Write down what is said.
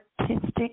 artistic